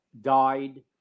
died